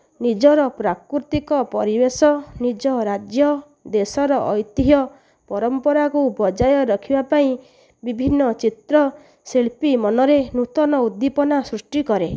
ନିଜର ପ୍ରାକୃତିକ ପରିବେଶ ନିଜ ରାଜ୍ୟ ଦେଶର ଐତିହ୍ୟ ପରମ୍ପରାକୁ ବଜାୟ ରଖିବାପାଇଁ ବିଭିନ୍ନ ଚିତ୍ର ଶିଳ୍ପୀ ମନରେ ନୂତନ ଉଦ୍ଦୀପନା ସୃଷ୍ଟି କରେ